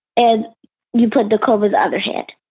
and you put the covers other hand.